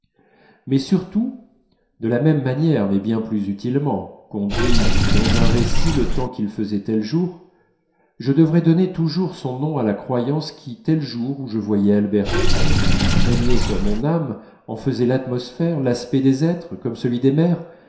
mais surtout de la même manière mais bien plus utilement qu'on dit dans un récit le temps qu'il faisait un tel jour je devrais donner toujours son nom à la croyance qui tel jour où je voyais albertine régnait sur mon âme en faisant l'atmosphère l'aspect des êtres comme celui des mers